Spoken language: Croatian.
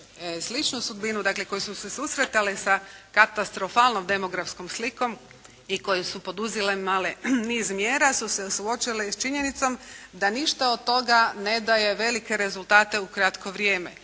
sličnu sudbinu, dakle koje su se susretale sa katastrofalnom demografskom slikom i koje su poduzele niz mjera su se suočile i sa činjenicom da ništa od toga ne daje velike rezultate u kratko vrijeme.